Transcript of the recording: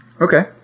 Okay